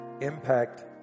impact